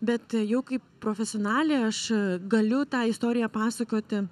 bet jau kaip profesionalė aš galiu tą istoriją pasakoti